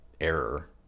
error